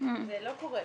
זה לא קורה.